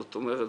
זאת אומרת,